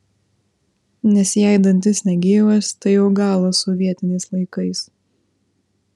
nes jei dantis negyvas tai jau galas sovietiniais laikais